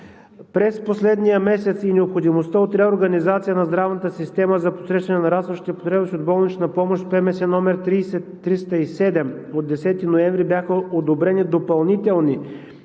през последния месец и необходимостта от реорганизация на здравната система да посреща нарастващите потребности от болнична помощ с ПМС № 30-307 от 10 ноември бяха одобрени допълнителни